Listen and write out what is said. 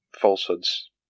falsehoods